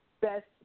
Best